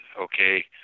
okay